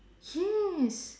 yes